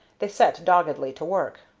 they set doggedly to work.